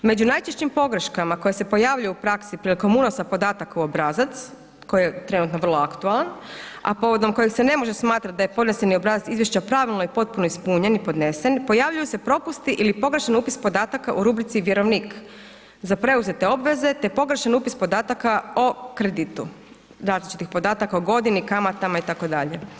Među najčešćim pogreškama koje se pojavljuju u praksi prilikom unosa podataka u obrazac, koji je trenutno vrlo aktualan, a povodom kojeg se ne može smatrati da je podneseni obrazac izvješća pravilno i potpuno ispunjen i podnesen pojavljuju se propusti ili pogrešan upis podataka u rubrici vjerovnik za preuzete obveze te pogrešan upis podataka o kreditu, različitih podataka o godini, kamatama itd.